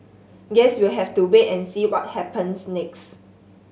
guess we have to wait and see what happens next